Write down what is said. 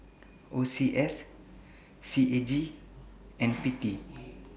O C S C A G and P T